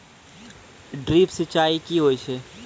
Drip सिंचाई कि होय छै?